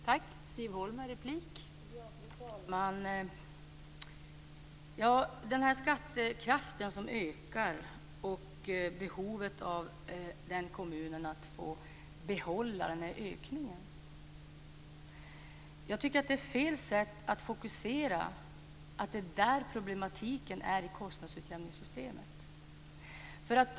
Fru talman! Lennart Hedquist tar upp skattekraft som ökar och behovet av att kommunen får behålla denna ökning. Jag tycker att det är fel att fokusera på detta, att det är där problematiken skulle ligga i kostnadsutjämningssystemet.